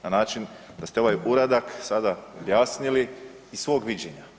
Na način da ste ovaj uradak sada objasnili iz svog viđenja.